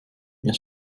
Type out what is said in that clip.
wir